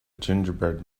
gingerbread